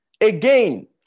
again